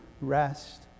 rest